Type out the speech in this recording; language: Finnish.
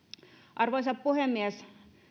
arvoisa puhemies